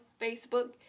Facebook